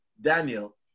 Daniel